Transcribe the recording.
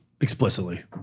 Explicitly